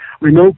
remote